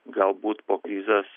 galbūt po krizės